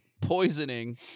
poisoning